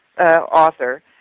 author